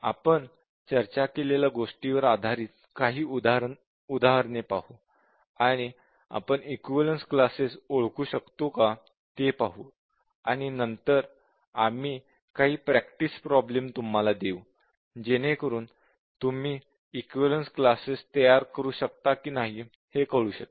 आपण चर्चा केलेल्या गोष्टींवर आधारित काही उदाहरणे पाहू आणि आपण इक्विवलेन्स क्लासेस ओळखू शकतो का ते पाहू आणि नंतर आम्ही काही प्रॅक्टिस प्रॉब्लेम्स तुम्हाला देऊ जेणेकरून तुम्ही इक्विवलेन्स क्लासेस तयार करू शकता की नाही हे कळू शकेल